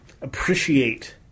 appreciate